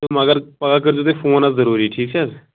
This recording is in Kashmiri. تہٕ مگر پگاہ کٔرۍزیٚو تُہۍ فون حظ ضروٗری ٹھیٖک چھا حظ